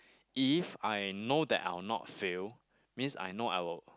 if I know that I will not fail means I know I will